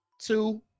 two